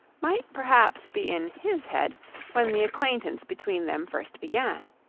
might perhaps be in his head when the acquaintance between them first began.